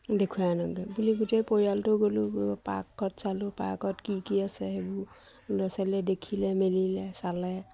দেখুৱাই আনকগে বুলি গোটেই পৰিয়ালটো গ'লো পাৰ্কত চালোঁ পাৰ্কত কি কি আছে সেইবোৰ ল'ৰা ছোৱালীয়ে দেখিলে মেলিলে চালে